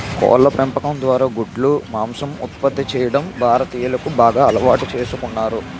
కోళ్ళ పెంపకం ద్వారా గుడ్లు, మాంసం ఉత్పత్తి చేయడం భారతీయులు బాగా అలవాటు చేసుకున్నారు